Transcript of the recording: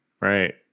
right